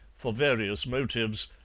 for various motives,